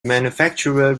manufacturer